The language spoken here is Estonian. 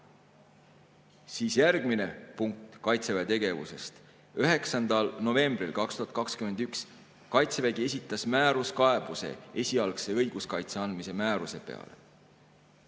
Siis järgmine punkt Kaitseväe tegevusest 9. novembril 2021: Kaitsevägi esitas määruskaebuse esialgse õiguskaitse andmise määruse peale.